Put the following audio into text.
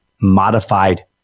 modified